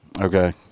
Okay